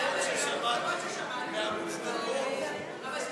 ההסתייגות של קבוצת סיעת המחנה הציוני (יואל חסון) לסעיף תקציבי 36,